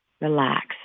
Relax